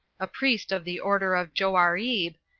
a priest of the order of joarib,